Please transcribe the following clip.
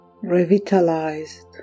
revitalized